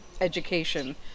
education